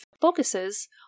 focuses